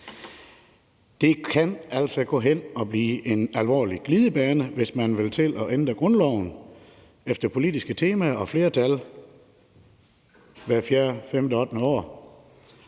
Det kan altså gå hen og blive en alvorlig glidebane, hvis man vil til at ændre grundloven efter politiske temaer og flertal hver fjerde, femte, ottende år.